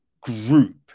group